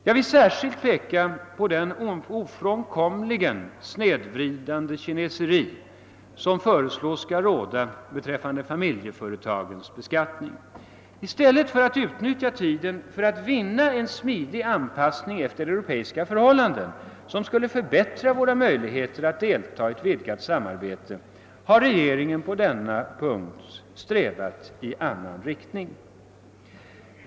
Jag vill särskilt peka på det ofrånkomligen snedvridande kineseri som föreslås bli rådande beträffande familjeföretagens beskattning. I stället för att utnyttja tiden till att vinna en smidig anpassning efter europeiska förhållanden — något som skulle förbättra våra möjligheter att delta i ett vidgat samarbete — har regeringen på denna punkt strävat i annan riktning.